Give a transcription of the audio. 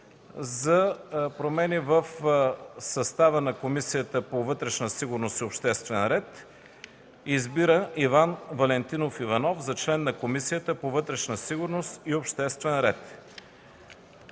за промени в състава на Комисията по вътрешна сигурност и обществен ред: „1. Избира Иван Валентинов Иванов за член на Комисията по вътрешна сигурност и обществен ред.”